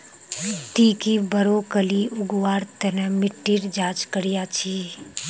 ती की ब्रोकली उगव्वार तन मिट्टीर जांच करया छि?